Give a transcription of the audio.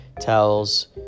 towels